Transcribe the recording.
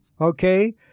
okay